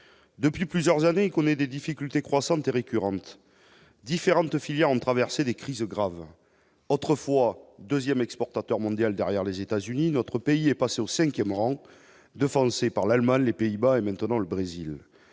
depuis plusieurs années, connaît des difficultés croissantes et récurrente différentes filières en traversé des crises graves autrefois 2ème exportateur mondial derrière les États-Unis, notre pays est passée au 5ème rang, devancée par l'Allemagne, les Pays-Bas et maintenant le Brésil